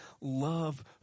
love